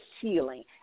healing